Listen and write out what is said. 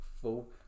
Full